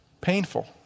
painful